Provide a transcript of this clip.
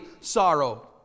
sorrow